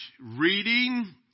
reading